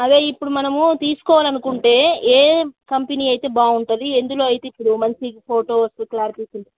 అదే ఇప్పుడు మనము తీసుకోవాలి అనుకుంటే ఏ కంపెనీ అయితే బాగుంటుంది ఎందులో అయితే ఇప్పుడు మంచిగా ఫోటోస్ క్లారిటీస్